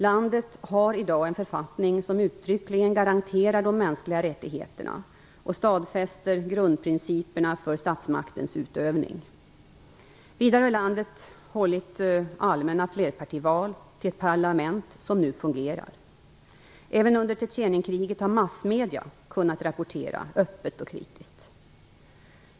Landet har i dag en författning som uttryckligen garanterar de mänskliga rättigheterna och stadfäster grundprinciperna för statsmaktens utövning. Vidare har landet hållit allmänna flerpartival till ett parlament som nu fungerar. Även under Tjetjenienkriget har massmedier kunnat rapportera öppet och kritiskt.